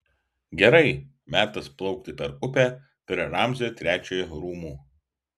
gerai metas plaukti per upę prie ramzio trečiojo rūmų